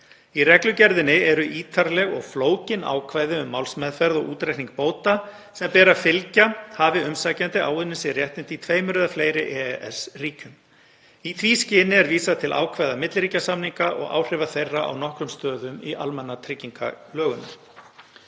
Í reglugerðinni eru ítarleg og flókin ákvæði um málsmeðferð og útreikning bóta sem ber að fylgja hafi umsækjandi áunnið sér réttindi í tveimur eða fleiri EES-ríkjum. Í því skyni er vísað til ákvæða milliríkjasamninga og áhrifa þeirra á nokkrum stöðum í almannatryggingalögunum.